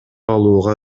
алууга